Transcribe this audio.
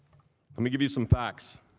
i mean give you some facts.